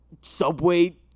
subway